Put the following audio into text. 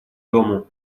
дому